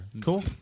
Cool